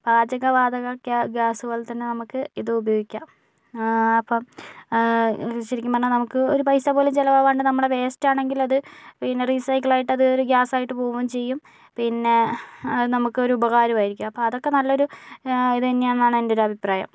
പാചക വാതക ഗ്യാസുപോലെത്തന്നെ നമുക്ക് ഇത് ഉപയോഗിക്കാം അപ്പം ശരിക്കും പറഞ്ഞാൽ നമുക്ക് ഒരു പൈസ പോലും ചിലവാക്കാണ്ട് നമ്മുടെ വേസ്റ്റാണെങ്കിലത് പിന്നെ റീസൈക്കിൾ ആയിട്ടത് ഗ്യാസായിട്ട് പോകും ചെയ്യും പിന്നെ അത് നമുക്കൊരു ഉപകാരവും ആയിരിക്കും അപ്പോൾ അതൊക്കെ നല്ലൊരു ഇതന്നെയാന്നാണ് എൻ്റെ ഒരഭിപ്രായം